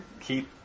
keep